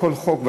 בכל חוק,